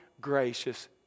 gracious